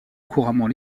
couramment